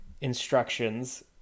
instructions